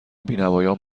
بینوایان